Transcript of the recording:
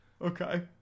Okay